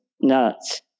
nuts